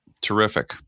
Terrific